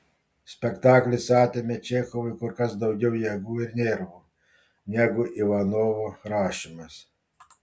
spektaklis atėmė čechovui kur kas daugiau jėgų ir nervų negu ivanovo rašymas